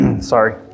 sorry